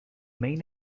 main